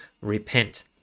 repent